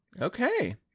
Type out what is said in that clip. okay